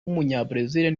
w’umunyabrazil